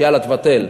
יאללה תבטל.